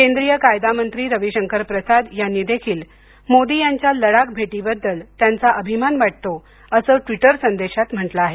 केंद्रीय कायदा मंत्री रवीशंकर प्रसाद यांनी देखील मोदी यांच्या लडाख भेटीबद्दल त्यांचा अभिमान वाटतो असं ट्विटर संदेशात म्हटलं आहे